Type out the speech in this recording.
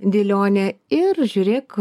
dėlionę ir žiūrėk